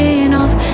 enough